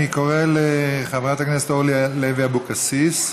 אני קורא לחברת הכנסת אורלי לוי אבקסיס,